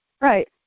Right